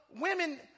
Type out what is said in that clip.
women